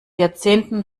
jahrzehnten